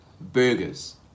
Burgers